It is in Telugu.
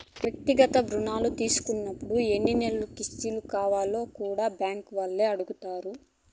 వ్యక్తిగత రుణం తీసుకున్నపుడు ఎన్ని నెలసరి కిస్తులు కావాల్నో కూడా బ్యాంకీ వాల్లే అడగతారు